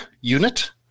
unit